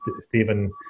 Stephen